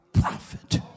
Prophet